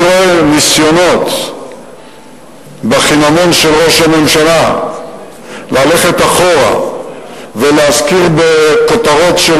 אני רואה ניסיונות בחינמון של ראש הממשלה ללכת אחורה ולהזכיר בכותרות,